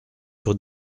sur